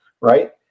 right